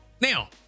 Now